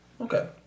Okay